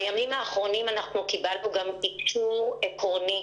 בימים האחרונים קיבלנו גם אישור עקרוני